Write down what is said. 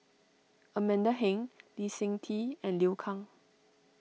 Amanda Heng Lee Seng Tee and Liu Kang